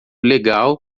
legal